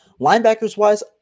Linebackers-wise